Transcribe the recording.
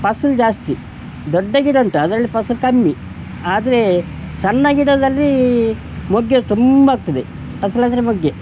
ಫಸಲು ಜಾಸ್ತಿ ದೊಡ್ಡ ಗಿಡ ಉಂಟು ಅದ್ರಲ್ಲಿ ಫಸಲು ಕಮ್ಮಿ ಆದರೆ ಸಣ್ಣ ಗಿಡದಲ್ಲಿ ಮೊಗ್ಗು ತುಂಬ ಆಗ್ತದೆ ಫಸಲಂದರೆ ಮೊಗ್ಗು